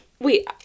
Wait